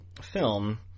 film